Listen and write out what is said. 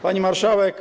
Pani Marszałek!